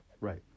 Right